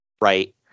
Right